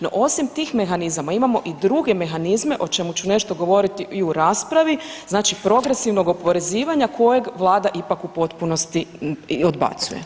No osim tih mehanizama imamo i druge mehanizme o čemu ću nešto govoriti i u raspravi, progresivnog oporezivanja kojeg Vlada ipak u potpunosti odbacuje.